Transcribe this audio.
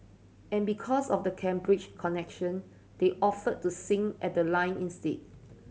and because of the Cambridge connection they offered to sing at the lying in state